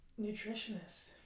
nutritionist